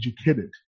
educated